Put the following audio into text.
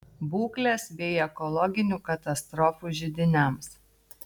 būklės bei ekologinių katastrofų židiniams